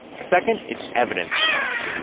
second is evidence or not.